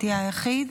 תהיה היחיד?